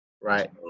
Right